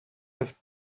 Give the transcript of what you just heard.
have